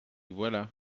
voilà